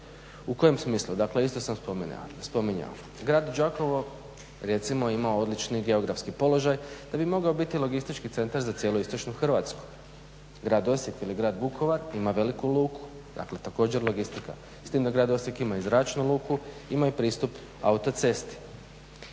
U kojem smislu dakle isto sam spominjao. Grad Đakovo recimo ima odličan geografski položaj da bi mogao biti logistički centar za cijelu istočnu Hrvatsku. Grad Osijek ili grad Vukovar ima veliku luku, dakle također logistika, s tim da grad Osijek ima i zračnu luku, ima i pristup autocesti.